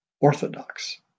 Orthodox